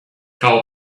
called